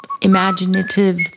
imaginative